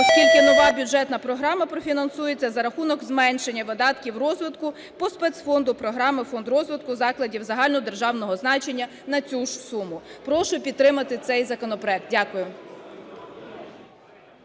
оскільки нова бюджетна програма профінансується за рахунок зменшення видатків розвитку по спецфонду програми "Фонд розвитку закладів загальнодержавного значення" на цю ж суму. Прошу підтримати цей законопроект. Дякую.